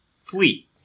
fleet